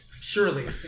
Surely